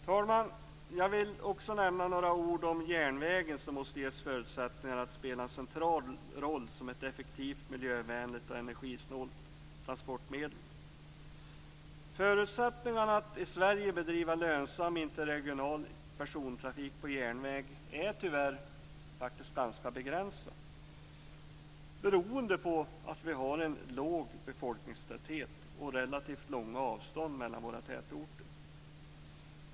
Fru talman! Jag vill också nämna några ord om järnvägen som måste ges förutsättningar att spela en central roll som ett effektivt, miljövänligt och energisnålt transportmedel. Förutsättningarna att i Sverige bedriva lönsam interregional persontrafik på järnväg är tyvärr faktiskt ganska begränsade beroende på att befolkningstätheten är liten och att det är relativt långa avstånd mellan våra tätorter.